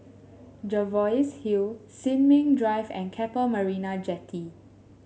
Jervois Hill Sin Ming Drive and Keppel Marina Jetty